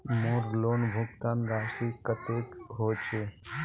मोर लोन भुगतान राशि कतेक होचए?